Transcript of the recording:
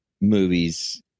movies